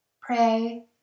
Pray